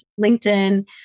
LinkedIn